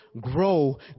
grow